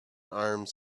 arms